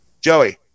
Joey